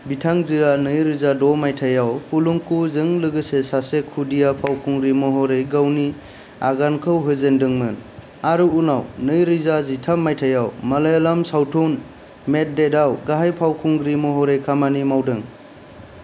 बिथांजोआ नैरोजा द' मायथाइयाव 'पलुंकु' जों लोगोसे सासे खुदिया फावखुंग्रि महरै गावनि आगानखौ होजेनदोंमोन आरो उनाव नै रोजा जिथाम मायथाइयाव मोलायालाम सावथुन 'मैड डैड' आव गाहाय फावखुंग्रि महरै खामानि मावदों